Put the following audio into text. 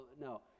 no